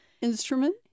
Instrument